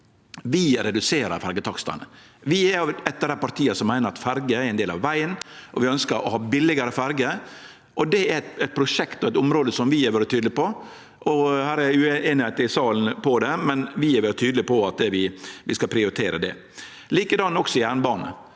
Vi reduserer ferjetakstane. Vi er eit av dei partia som meiner at ferje er ein del av vegen, og vi ønskjer å ha billegare ferjer. Det er eit prosjekt og eit område vi har vore tydelege på. Det er ueinigheit i salen om det, men vi har vore tydelege på at vi skal prioritere det. Likedan med jernbanen: